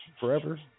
forever